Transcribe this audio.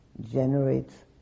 generates